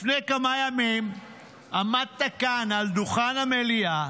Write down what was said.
לפני כמה ימים עמדת כאן, על דוכן המליאה,